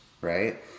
right